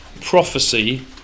prophecy